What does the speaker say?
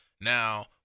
Now